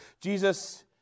Jesus